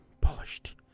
polished